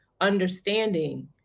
understanding